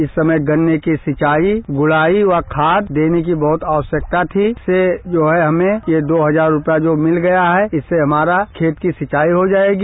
इस समय गन्ने की सिंचाई बुड़ाई और खाद देने की बहुत आवश्यकता थी जिसे हमें जो ये दो हजार रूपया मिल गया है उससे हमारी खेते की सिंचाई हो जाएगी